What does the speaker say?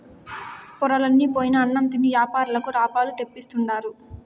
పొరలన్ని పోయిన అన్నం తిని యాపారులకు లాభాలు తెప్పిస్తుండారు